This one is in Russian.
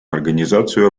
организацию